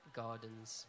gardens